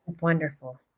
wonderful